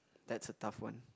that's a tough one